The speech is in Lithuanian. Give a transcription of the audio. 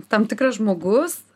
tam tikras žmogus